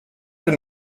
den